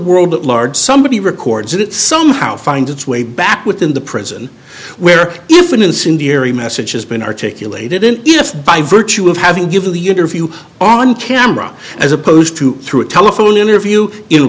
world at large somebody records it somehow finds its way back within the prison where if an incendiary message has been articulated and if by virtue of having given the interview on camera as opposed to through a telephone interview in